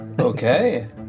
okay